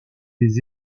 des